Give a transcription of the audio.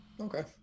Okay